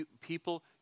People